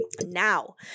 Now